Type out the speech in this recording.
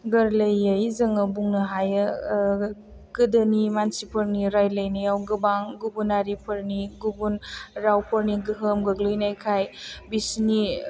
गोरलैयै जोङो बुंनो हायो गोदोनि मोनसिफोरनि रायज्लायनायाव गोबां गुबुनारिफोरनि गुबुन रावफोरनि गोहोम गोग्लैनायखाय बिसिनि